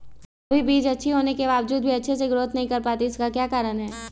कभी बीज अच्छी होने के बावजूद भी अच्छे से नहीं ग्रोथ कर पाती इसका क्या कारण है?